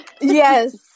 Yes